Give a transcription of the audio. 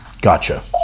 Gotcha